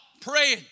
praying